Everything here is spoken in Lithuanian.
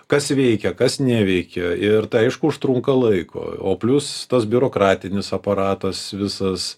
kas veikia kas neveikia ir tai aišku užtrunka laiko o plius tas biurokratinis aparatas visas